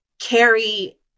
carry